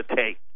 take